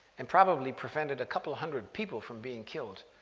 and probably prevented a couple hundred people from being killed.